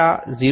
02 મીમી છે